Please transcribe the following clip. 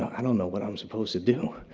i don't know what i'm supposed to do.